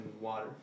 water